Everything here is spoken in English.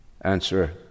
Answer